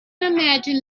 imagine